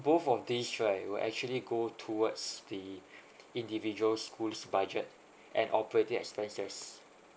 both of these right would actually go towards the individual schools' budget and offer the expenses